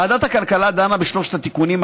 ועדת הכלכלה דנה בשלושת התיקונים,